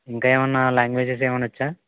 ఇంకా ఏమన్నా ల్యాంగ్వేజస్ ఏమన్నా వచ్చా